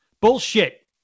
Bullshit